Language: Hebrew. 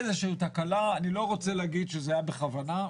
אני לא רוצה להגיד שזה היה בכוונה,